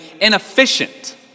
inefficient